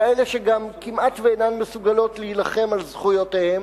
כאלה שגם כמעט שאינן מסוגלות להילחם על זכויותיהן.